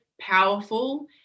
powerful